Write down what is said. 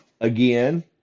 again